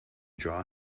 draw